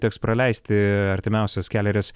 teks praleisti artimiausias kelerias